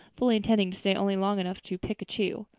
fully intending to stay only long enough to pick a chew.